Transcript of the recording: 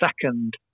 second